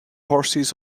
horses